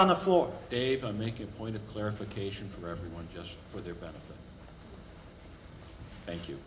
on the floor dave i'm making a point of clarification for everyone just for their benefit thank you